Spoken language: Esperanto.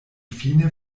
fine